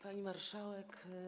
Pani Marszałek!